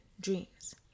dreams